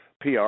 PR